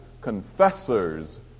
confessor's